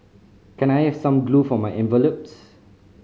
can I have some glue for my envelopes